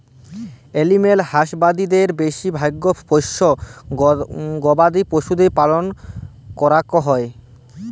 animal হাসবাদরীতে বেশি ভাগ পষ্য গবাদি পশুদের পালল ক্যরাক হ্যয়